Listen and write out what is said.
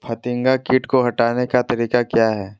फतिंगा किट को हटाने का तरीका क्या है?